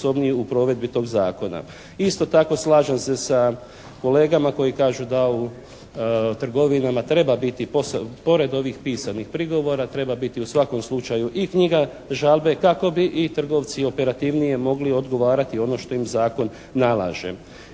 u svakom slučaju i knjiga žalbe kako bi i trgovci operativnije mogli odgovarati ono što im zakon nalaže.